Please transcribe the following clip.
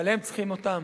אבל הם צריכים אותם.